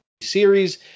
series